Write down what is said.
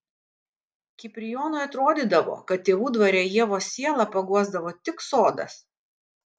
kiprijonui atrodydavo kad tėvų dvare ievos sielą paguosdavo tik sodas